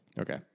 Okay